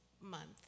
month